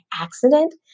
accident